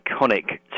iconic